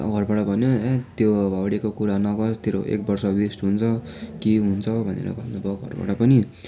अन्त घरबाट भन्यो ए त्यो हाउडेको कुरा नगर तेरो एक वर्ष वेस्ट हुन्छ के हुन्छ भनेर भन्नु भयो घरबाट पनि